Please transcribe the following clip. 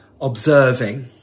observing